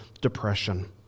depression